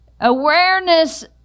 Awareness